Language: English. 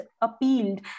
appealed